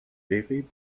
berry